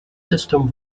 system